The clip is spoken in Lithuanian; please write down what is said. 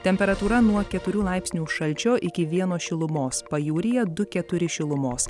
temperatūra nuo keturių laipsnių šalčio iki vieno šilumos pajūryje du keturi šilumos